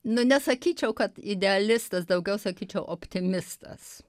nu nesakyčiau kad idealistas daugiau sakyčiau optimistas